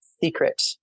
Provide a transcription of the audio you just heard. secret